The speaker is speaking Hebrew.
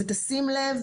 ותשים לב,